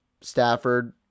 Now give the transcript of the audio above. Stafford